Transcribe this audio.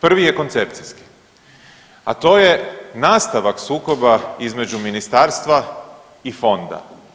Prvi je koncepcijski, a to je nastavak sukoba između ministarstva i fonda.